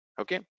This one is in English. Okay